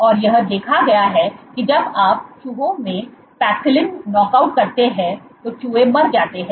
और यह देखा गया है की जब आप चूहों में पैक्सिलिन नॉकआउट करते हैं तो चूहों मर जाते हैं